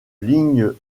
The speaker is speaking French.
ligne